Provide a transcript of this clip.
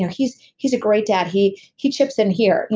yeah he's he's a great dad. he he chips in here.